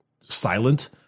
silent